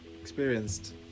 experienced